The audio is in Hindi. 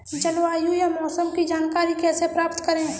जलवायु या मौसम की जानकारी कैसे प्राप्त करें?